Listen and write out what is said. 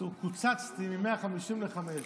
קוצצתי מ-150 לחמש דקות.